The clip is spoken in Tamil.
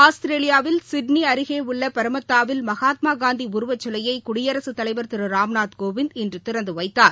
ஆஸ்திரேலியாவில் சிட்னிஅருகேஉள்ளபரமத்தாவில் மகாத்மாகாந்திஉருவச் சிலையைகுடியரசுத் தலைவர் திருராம்நாத் கோவிந்த் இன்றுதிறந்துவைத்தார்